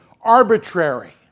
arbitrary